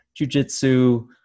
jujitsu